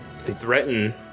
threaten